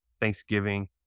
Thanksgiving